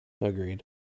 agreed